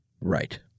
Right